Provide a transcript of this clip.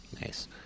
Nice